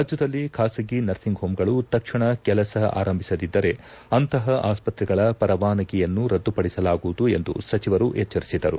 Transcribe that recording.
ರಾಜ್ಯದಲ್ಲಿ ಖಾಸಗಿ ನರ್ಸಿಂಗ್ ಹೋಂಗಳು ತಕ್ಷಣ ಕೆಲಸ ಆರಂಭಿಸದಿದ್ದರೆ ಅಂತಹ ಆಸ್ಪತ್ರೆಗಳ ಪರಾವಸಗಿಯನ್ನು ರದ್ದುಪಡಿಸಲಾಗುವುದು ಎಂದು ಸಚಿವರು ಎಚ್ಚರಿಸಿದರು